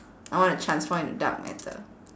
I want to transform into dark matter